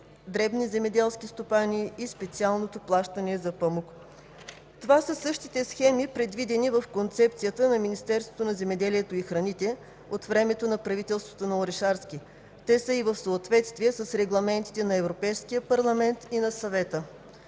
дребни земеделски стопани и специалното плащане за памук. Това са същите схеми, предвидени в концепцията на Министерството на земеделието и храните от времето на правителството на Орешарски. Те са и в съответствие с регламентите на Европейския парламент и на Съвета.